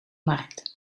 markt